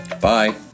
Bye